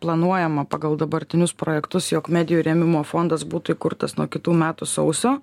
planuojama pagal dabartinius projektus jog medijų rėmimo fondas būtų įkurtas nuo kitų metų sausio